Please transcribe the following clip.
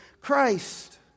Christ